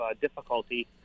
difficulty